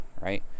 right